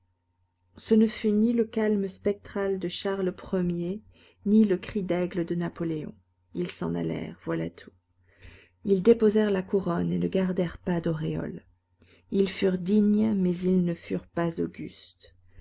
ce ne fut ni le calme spectral de charles i ni le cri d'aigle de napoléon ils s'en allèrent voilà tout ils déposèrent la couronne et ne gardèrent pas d'auréole ils furent dignes mais ils ne furent pas augustes